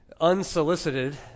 unsolicited